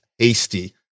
hasty